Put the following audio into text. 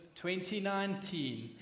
2019